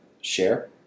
share